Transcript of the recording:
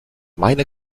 meiner